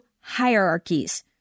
hierarchies